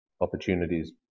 opportunities